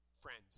friends